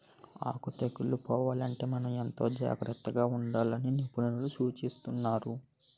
ఆకు తెగుళ్ళు పోవాలంటే మనం ఎంతో జాగ్రత్తగా ఉండాలని నిపుణులు సూచిస్తున్నారు